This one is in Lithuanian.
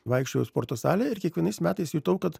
vaikščiojau į sporto salę ir kiekvienais metais jutau kad